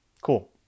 Cool